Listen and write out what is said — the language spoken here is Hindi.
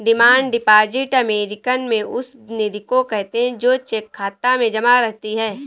डिमांड डिपॉजिट अमेरिकन में उस निधि को कहते हैं जो चेक खाता में जमा रहती है